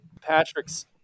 Patrick's